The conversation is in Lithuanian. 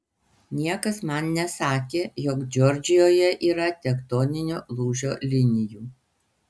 niekas man nesakė jog džordžijoje yra tektoninio lūžio linijų